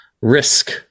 risk